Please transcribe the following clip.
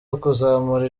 ukuzamura